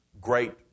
great